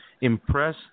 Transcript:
impress